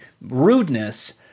rudeness